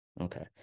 Okay